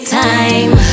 time